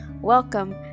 Welcome